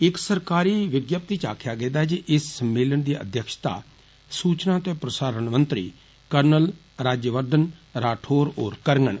इक सरकारी विज्ञप्ति च आक्खेआ गेदा ऐ जे इस सम्मेलन दी अध्यक्षता सूचना ते प्रसारण मंत्र कर्नल राज्यवर्धन राठौर होर करगंन